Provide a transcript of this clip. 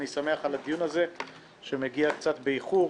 אני שמח על הדיון הזה שמגיע קצת באיחור.